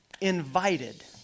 invited